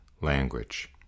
language